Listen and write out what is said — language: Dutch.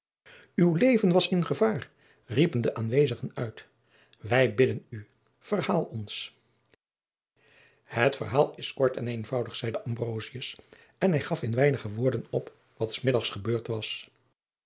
uw leven was in gevaar riepen de aanwezigen uit wij bidden u verhaal ons het verhaal is kort en eenvoudig zeide ambrosius en hij gaf in weinige woorden op wat smiddags gebeurd was